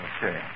Okay